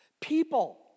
People